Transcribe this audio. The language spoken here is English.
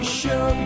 show